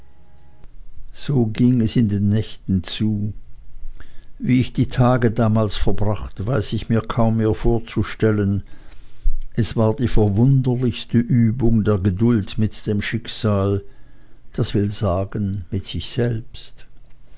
so ging es in den nächten zu wie ich die tage damals verbracht weiß ich mir kaum mehr vorzustellen es war die verwunderlichste übung der geduld mit dem schicksal das will sagen mit sich selbst